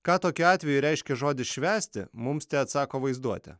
ką tokiu atveju reiškia žodis švęsti mums teatsako vaizduotė